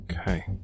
Okay